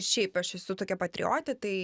šiaip aš esu tokia patriotė tai